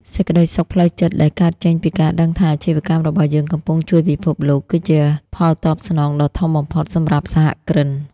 សេចក្ដីសុខផ្លូវចិត្តដែលកើតចេញពីការដឹងថា អាជីវកម្មរបស់យើងកំពុងជួយពិភពលោក គឺជាផលតបស្នងដ៏ធំបំផុតសម្រាប់សហគ្រិន។